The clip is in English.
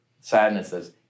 sadnesses